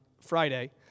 Friday